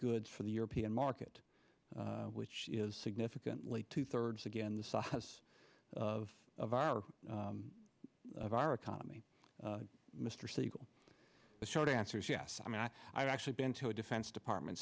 goods for the european market which is significantly two thirds again the size of of our of our economy mr siegel the short answer is yes i mean i i've actually been to a defense department